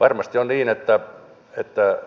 varmasti on niin että